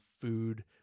food